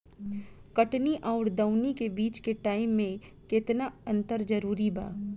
कटनी आउर दऊनी के बीच के टाइम मे केतना अंतर जरूरी बा?